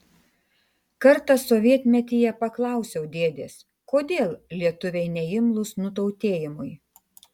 kartą sovietmetyje paklausiau dėdės kodėl lietuviai neimlūs nutautėjimui